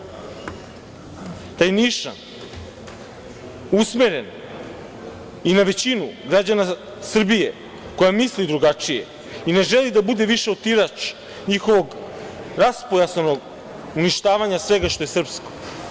Taj nišan je usmeren i na većinu građana Srbije koja misli drugačije i ne želi da bude više otirač njihovog rasporskog uništavanja svega što je srpsko.